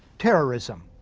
terrorism.